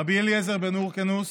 רבי אליעזר בן הורקנוס